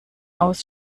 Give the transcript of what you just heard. aus